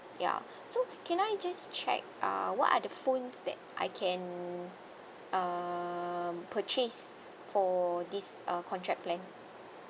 ya so can I just check uh what are the phones that I can um purchase for this uh contract plan